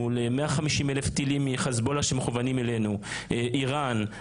מול 150 אלף טילים של חיזבאללה שמכוונים אלינו איראן,